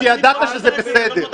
כשידעת שזה בסדר